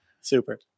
Super